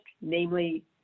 namely